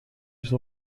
estão